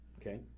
Okay